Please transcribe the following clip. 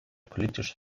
politische